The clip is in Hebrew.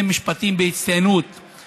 רגליי בוססו באוטובוסים מתפוצצים ובמסעדות,